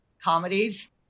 comedies